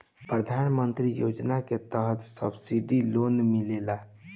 प्रधान मंत्री योजना के तहत सब्सिडी लोन मिलेला